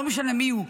לא משנה מי הוא,